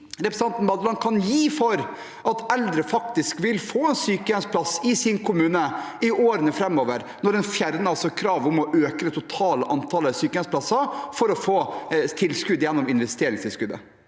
garanti kan hun gi for at eldre faktisk vil få en sykehjemsplass i sin kommune i årene framover, når en fjerner kravet om å øke det totale antallet sykehjemsplasser for å få tilskudd gjennom investeringstilskuddet?